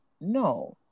No